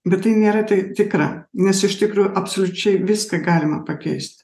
bet tai nėra tai tikra nes iš tikro absoliučiai viską galima pakeisti